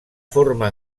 forma